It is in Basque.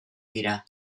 dira